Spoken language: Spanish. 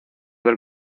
del